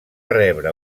rebre